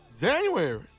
January